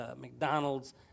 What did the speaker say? McDonald's